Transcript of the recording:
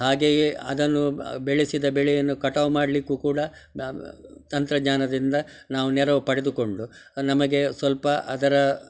ಹಾಗೆಯೇ ಅದನ್ನು ಬೆಳೆಸಿದ ಬೆಳೆಯನ್ನು ಕಟಾವು ಮಾಡಲಿಕ್ಕು ಕೂಡ ತಂತ್ರಜ್ಞಾನದಿಂದ ನಾವು ನೆರವು ಪಡೆದುಕೊಂಡು ನಮಗೆ ಸ್ವಲ್ಪ ಅದರ